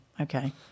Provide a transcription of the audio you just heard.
okay